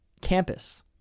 Campus